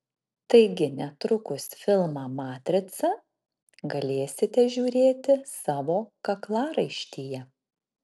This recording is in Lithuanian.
taigi netrukus filmą matrica galėsite žiūrėti savo kaklaraištyje